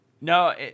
no